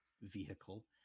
vehicle